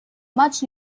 much